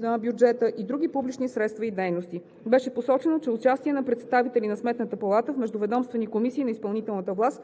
на бюджета и други публични средства и дейности. Беше посочено, че участието на представители на Сметната палата в междуведомствени комисии на изпълнителната власт,